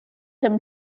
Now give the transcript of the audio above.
him